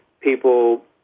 people